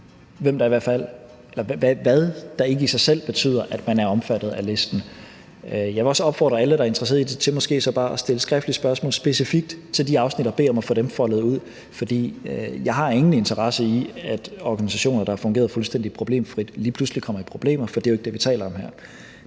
hvad der ikke i sig selv betyder, at man er omfattet af listen. Jeg vil også opfordre alle, der er interesseret i det, til måske så bare at stille skriftlige spørgsmål specifikt til de afsnit og bede om at få dem foldet ud, for jeg har ingen interesse i, at organisationer, der har fungeret fuldstændig problemfrit, lige pludselig kommer i problemer. For det er jo ikke det, vi taler om her.